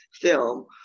film